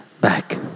back